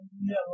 No